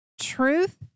Truth